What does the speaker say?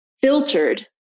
filtered